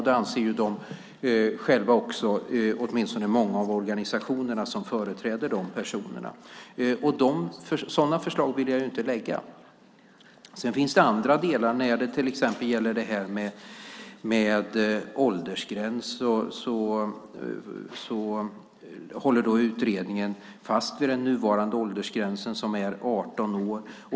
Det anser ju också många av de organisationer som företräder dessa personer. Sådana förslag vill jag ju inte lägga fram. Sedan finns det andra delar. När det gäller till exempel detta med åldersgräns håller utredningen fast vid den nuvarande åldersgränsen, som är 18 år.